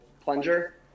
plunger